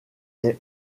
est